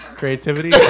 creativity